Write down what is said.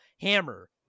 hammer